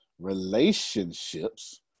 relationships